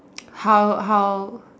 how how